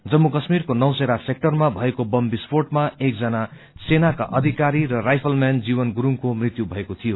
जम्मू काश्मीराको नौशेरा सेक्अरमा भएको बम विस्फोटामा एक जना सेनाका अधिकारी र राहुनलमैन जीवन गरूङको मृत्यु भएको शीीयो